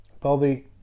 Bobby